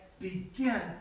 begin